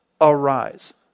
arise